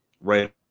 Right